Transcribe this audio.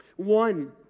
One